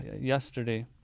yesterday